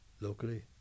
locally